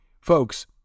Folks